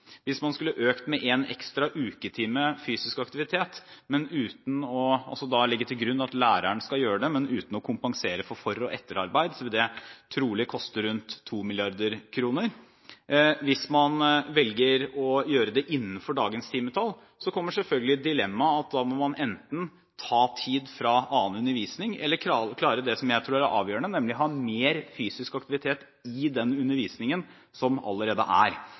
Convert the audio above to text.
Hvis man skulle økt med en ekstra uketime fysisk aktivitet – altså legge til grunn at læreren skal gjøre det, men uten å kompensere for for- og etterarbeid – vil det trolig koste rundt 2 mrd. kr. Hvis man velger å gjøre det innenfor dagens timetall, kommer selvfølgelig det dilemmaet at da må man enten ta tid fra annen undervisning eller klare det som jeg tror er det avgjørende, nemlig å ha mer fysisk aktivitet i den undervisningen som allerede er.